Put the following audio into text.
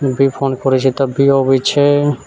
जब भी फोन करै छियै तब भी अबै छै